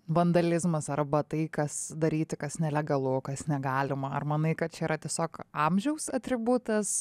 vandalizmas arba tai kas daryti kas nelegalu kas negalima ar manai kad čia yra tiesiog amžiaus atributas